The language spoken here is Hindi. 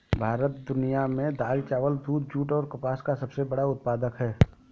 भारत दुनिया में दाल, चावल, दूध, जूट और कपास का सबसे बड़ा उत्पादक है